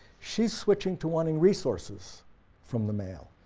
she's switching to wanting resources from the male.